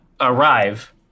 arrive